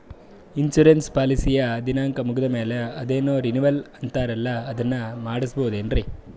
Insurance ಪಾಲಿಸಿಯ ದಿನಾಂಕ ಮುಗಿದ ಮೇಲೆ ಅದೇನೋ ರಿನೀವಲ್ ಅಂತಾರಲ್ಲ ಅದನ್ನು ಮಾಡಿಸಬಹುದೇನ್ರಿ?